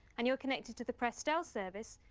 and you're connected to the press stealth service,